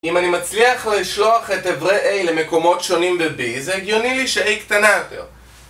אם אני מצליח לשלוח את איברי A למקומות שונים ב-B זה הגיוני לי ש-A קטנה יותר